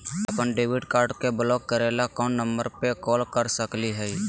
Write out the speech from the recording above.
अपन debit card के block करे ला कौन नंबर पे कॉल कर सकली हई?